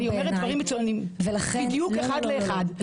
אני אומרת דברים מצוינים בדיוק אחד לאחד.